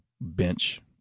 bench